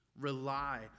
Rely